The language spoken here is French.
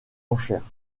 enchères